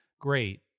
Great